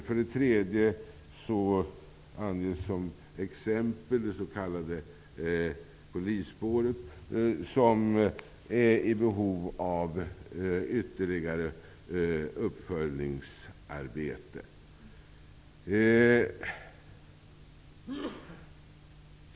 För det tredje är, som anges som exempel, det s.k. polisspåret i behov av ytterligare uppföljningsarbete.